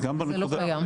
זה לא קיים.